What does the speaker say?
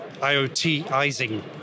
IoTizing